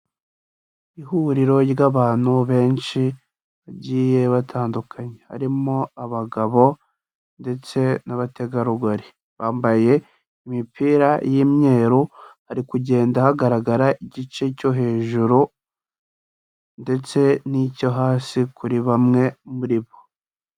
Ihuriro ry'abantu benshi bagiye batandukanye, harimo abagabo ndetse n'abategarugori, bambaye imipira y'imyeru, hari kugenda hagaragara igice cyo hejuru ndetse n'icyo hasi kuri bamwe muri bo.